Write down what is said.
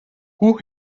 hoe